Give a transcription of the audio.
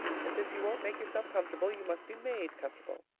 and since you won't make yourself comfortable, you must be made comfortable.